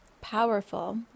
powerful